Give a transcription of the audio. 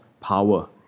power